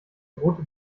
rote